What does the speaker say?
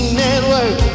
network